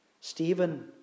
Stephen